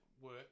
work